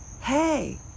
hey